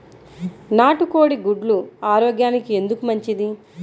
నాటు కోడి గుడ్లు ఆరోగ్యానికి ఎందుకు మంచిది?